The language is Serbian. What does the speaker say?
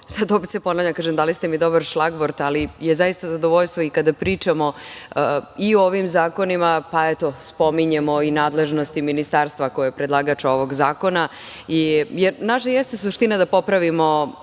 opet se ponavljam, dali ste mi dobar šlagvort, ali je zaista zadovoljstvo i kada pričamo i o ovim zakonima, pa, eto, spominjemo i nadležnosti Ministarstva koje je predlagač ovog zakona, naša jeste suština da popravimo